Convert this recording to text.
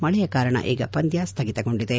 ಮಳೆಯ ಕಾರಣ ಈಗ ಪಂದ್ಯ ಸ್ಥಗಿತಗೊಂಡಿದೆ